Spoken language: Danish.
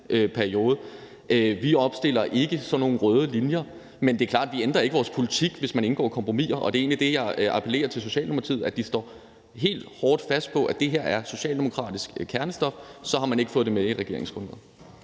Vi laver ikke sådan nogle røde linjer. Men det er klart, at vi ikke ændrer vores politik, fordi vi indgår nogle kompromiser. Og det er egentlig der, jeg appellerer til Socialdemokratiet, i forhold til at man står helt hårdt fast på, at det her er socialdemokratisk kernestof, og man så ikke har fået det med i regeringsgrundlaget.